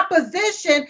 opposition